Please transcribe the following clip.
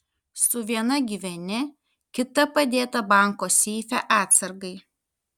su viena gyveni kita padėta banko seife atsargai